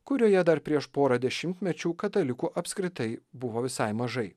kurioje dar prieš porą dešimtmečių katalikų apskritai buvo visai mažai